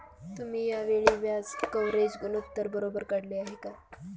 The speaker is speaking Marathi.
तुम्ही या वेळी व्याज कव्हरेज गुणोत्तर बरोबर काढले आहे का?